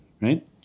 right